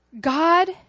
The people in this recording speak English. God